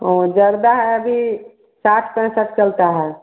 वो जर्दा है अभी साठ पैंसठ चलता है